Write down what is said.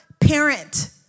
parent